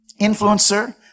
Influencer